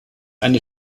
eine